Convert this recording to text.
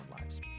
lives